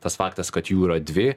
tas faktas kad jų yra dvi